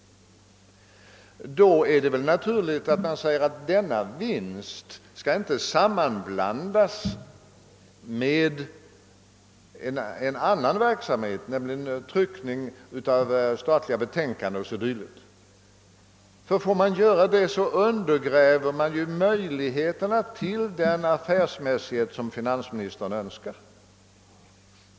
Då är det väl naturligt att kräva att denna vinst inte skall sammanblandas med resultatet av annan verksamhet, d. v. s. tryckning av statliga betänkanden o.d. Om man får göra det undergräver man nämligen möjligheterna till den affärsmässighet som finansministern önskar.